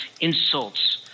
insults